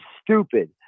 stupid